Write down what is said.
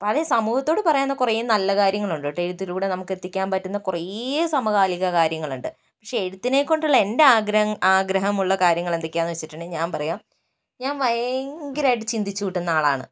പല സമൂഹത്തോട് പറയാവുന്ന കുറേ നല്ല കാര്യങ്ങൾ ഉണ്ട് കേട്ടോ എഴുത്തിലൂടെ നമുക്ക് എത്തിക്കാൻ പറ്റുന്ന കുറേ സമകാലിക കാര്യങ്ങൾ ഉണ്ട് പക്ഷെ എഴുത്തിനെക്കൊണ്ടുള്ള എൻ്റെ ആഗ്രഹമുള്ള കാര്യങ്ങൾ എന്തൊക്കെയാണെന്ന് വെച്ചിട്ടുണ്ടെങ്കിൽ ഞാൻ പറയാം ഞാൻ ഭയങ്കരമായിട്ട് ചിന്തിച്ച് കൂട്ടുന്ന ആളാണ്